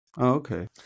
Okay